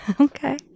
Okay